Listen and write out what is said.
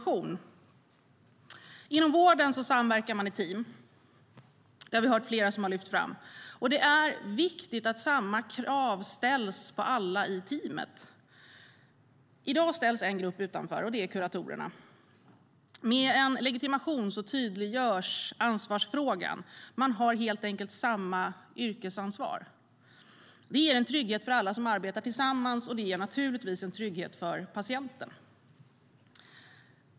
Inom vården samverkar man i team, vilket flera talare har lyft fram. Då är det viktigt att samma krav ställs på alla i teamet. I dag ställs en grupp utanför, kuratorerna. Med en legitimation tydliggörs ansvarsfrågan. Man har helt enkelt samma yrkesansvar. Det ger trygghet för alla som arbetar tillsammans, och det ger givetvis patienten trygghet.